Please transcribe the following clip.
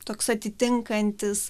toks atitinkantis